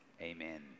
Amen